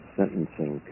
sentencing